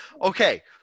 okay